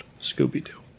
scooby-doo